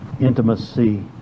intimacy